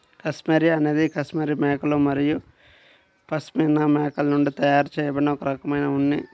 cashmere అనేది cashmere మేకలు మరియు పష్మినా మేకల నుండి తయారు చేయబడిన ఒక రకమైన ఉన్ని